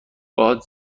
باهات